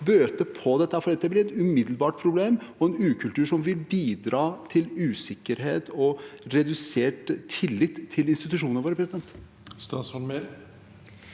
dette, for det blir et umiddelbart problem og en ukultur som vil bidra til usikkerhet og redusert tillit til institusjonene våre.